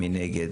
מי נגד?